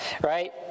right